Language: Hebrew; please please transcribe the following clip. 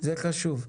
זה חשוב.